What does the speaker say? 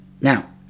Now